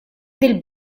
del